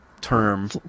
term